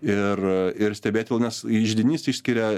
ir ir stebėti nes židinys išskiria